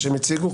מה שהם הציגו,